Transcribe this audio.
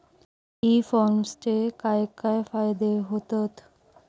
E कॉमर्सचे काय काय फायदे होतत?